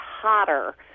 hotter